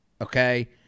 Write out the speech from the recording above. Okay